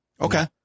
Okay